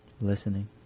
listening